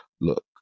look